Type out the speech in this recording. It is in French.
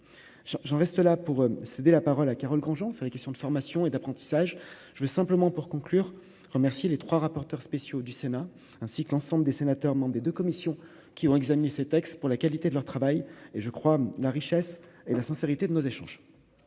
j'en reste là pour céder la parole à Carole Grandjean sur les questions de formation et d'apprentissage, je vais simplement pour conclure remercier les 3 rapporteurs spéciaux du Sénat, ainsi que l'ensemble des sénateurs membres des 2 commissions qui ont examiné ces textes pour la qualité de leur travail et je crois la richesse et la sincérité de nos échanges.